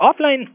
offline